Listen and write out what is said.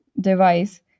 device